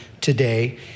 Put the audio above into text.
today